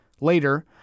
Later